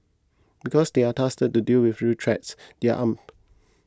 because they are tasked to deal with real threats they are armed